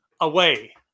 away